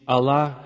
Allah